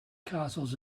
castles